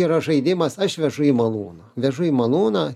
yra žaidimas aš vežu į malūną vežu į malūną